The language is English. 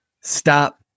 stop